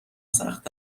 سخت